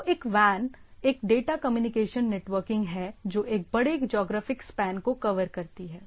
तो एक WAN एक डेटा कम्युनिकेशन नेटवर्किंग है जो एक बड़े ज्योग्राफिक स्पैन को कवर करती है